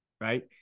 right